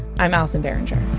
i'm allison behringer